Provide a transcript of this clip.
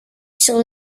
sur